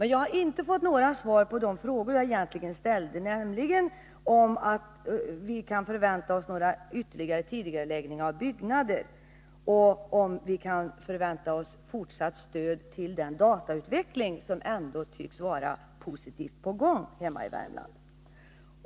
Jag har inte fått några svar på de frågor jag ställde, nämligen om vi kan förvänta oss några ytterligare tidigareläggningar av byggnader och om vi kan förvänta oss fortsatt stöd till den datautveckling som ändå tycks vara positivt på gång hemma i Värmland.